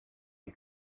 new